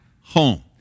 home